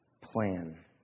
plan